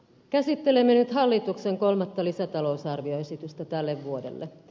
käsittelemme nyt hallituksen kolmatta lisätalousarvioesitystä tälle vuodelle